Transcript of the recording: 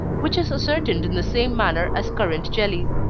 which is ascertained in the same manner as currant jelly.